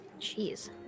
Jeez